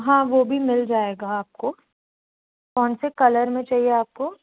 हाँ वह भी मिल जाएगा आपको कौन से कलर में चाहिए आपको